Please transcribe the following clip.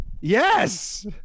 yes